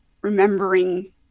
remembering